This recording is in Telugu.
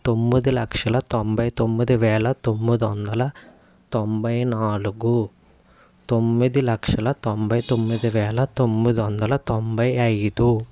తొమ్మిది లక్షల తొంబై తొమ్మిది వేల తొమ్మిదొందల తొంబై నాలుగు తొమ్మిది లక్షల తొంబై తొమ్మిది వేల తొమ్మిదొందల తొంబై ఐదు